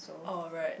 oh right